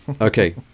Okay